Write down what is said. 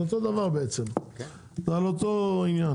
זה אותו דבר בעצם, זה על אותו עניין.